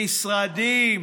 משרדים.